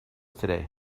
today